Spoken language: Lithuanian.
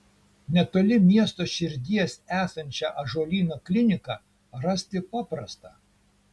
netoli miesto širdies esančią ąžuolyno kliniką rasti paprasta